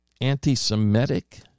anti-Semitic